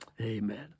Amen